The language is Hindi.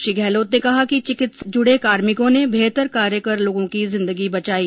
श्री गहलोत ने कहा कि चिकित्सा से जुड़े कार्मिकों ने बेहतर कार्य कर लोगों की जिन्दगी बचायी